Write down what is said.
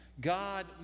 God